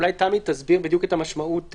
אולי תמי תסביר בדיוק את המשמעות.